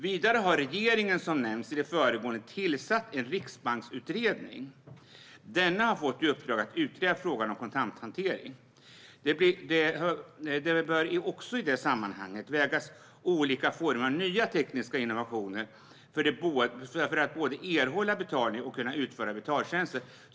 Vidare har regeringen, som nämnts i det föregående, tillsatt en riksbanksutredning. Denna har fått i uppdrag att utreda frågan om kontanthantering. Det bör också i detta sammanhang vägas in olika former av nya tekniska innovationer för att både erhålla betalning och kunna utföra betaltjänster.